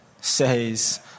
says